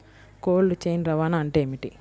Cold chain రవాణా అంటే ఏమిటీ?